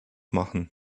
machen